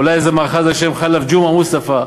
אולי איזה מאחז על שם חלף ג'ומעה מוסטפא?